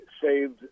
saved